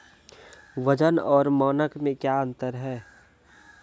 वजन और मानक मे क्या अंतर हैं?